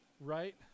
Right